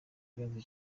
ibibazo